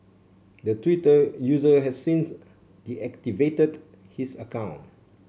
the Twitter user has since deactivated his account